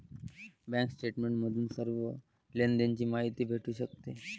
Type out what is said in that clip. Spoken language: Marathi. बँक स्टेटमेंट बघून सर्व लेनदेण ची माहिती भेटू शकते